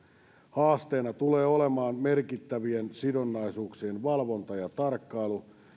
haasteena tulee olemaan merkittävien sidonnaisuuksien valvonta ja tarkkailu